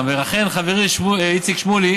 ולכן חברי איציק שמולי